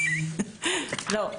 לא.